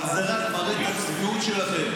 אבל זה רק מראה את הצביעות שלכם.